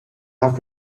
have